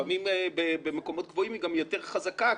כי לפעמים במקומות גבוהים היא יותר חזקה.